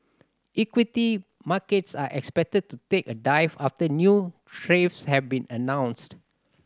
equity markets are expected to take a dive after new tariffs have been announced